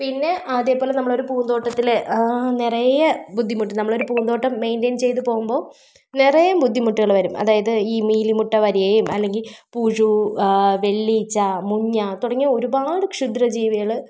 പിന്നെ അതേപോലെ നമ്മൾ ഒരു പൂന്തോട്ടത്തിൽ നിറയെ ബുദ്ധിമുട്ട് നമ്മൾ ഒരു പൂന്തോട്ടം മെയിൻറ്റെയ്ൻ ചെയ്ത് പോവുമ്പോൾ നിറയെ ബുദ്ധിമുട്ടുകൾ വരും അതായത് ഈ മീലിമുട്ട വരുകയും അല്ലെങ്കിൽ പുഴു വെള്ളീച്ച മുഞ്ഞ തുടങ്ങിയ ഒരുപാട് ക്ഷുദ്ര ജീവികൾ